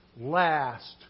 last